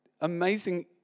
amazing